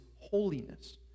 holiness